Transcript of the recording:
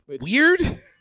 weird